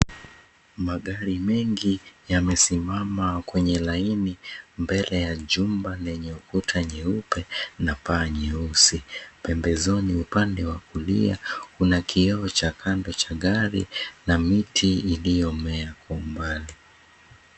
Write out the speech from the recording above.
Magari mengi yamesimama kwenye laini mbele ya jumba lenye ukuta nyeupe na paa nyeusi. Pembezoni upande wa kulia kuna kioo cha kando cha gari na miti iliyomea kwa umbali.